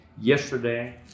Yesterday